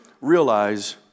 realize